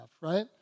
right